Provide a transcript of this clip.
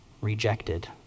rejected